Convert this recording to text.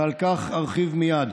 ועל כך ארחיב מייד.